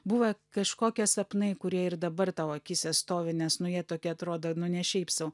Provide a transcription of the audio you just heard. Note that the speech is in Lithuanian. buvę kažkokie sapnai kurie ir dabar tau akyse stovi nes nu jie tokie atrodo nu ne šiaip sau